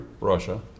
Russia